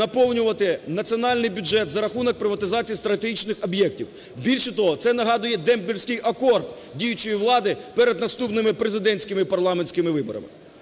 наповнювати національний бюджет за рахунок приватизації стратегічних об'єктів. Більше того, це нагадує дембельський акорд діючої влади перед наступними президентськими і парламентськими виборами.